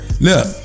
look